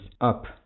up